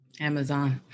Amazon